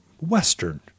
western